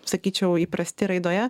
sakyčiau įprasti raidoje